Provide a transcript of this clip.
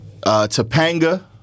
Topanga